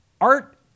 art